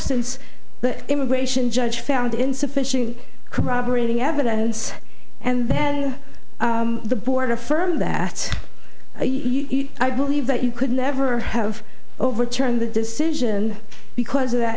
since the immigration judge found insufficient corroborating evidence and then the border firm that i believe that you could never have overturned the decision because of that